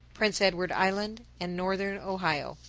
prince edward island and northern ohio.